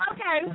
Okay